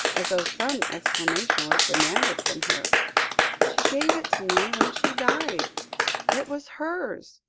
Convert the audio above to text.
as though some explanation was demanded from her she gave it to me when she died it was hers.